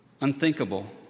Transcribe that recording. Unthinkable